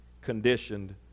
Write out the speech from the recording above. conditioned